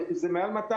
זה מעל 200